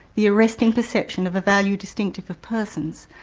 the arresting perception of a value distinctive of persons,